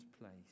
place